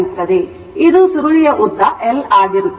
ಇದು ಸುರುಳಿಯ ಉದ್ದ L ಆಗಿರುತ್ತದೆ